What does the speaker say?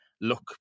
look